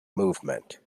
movement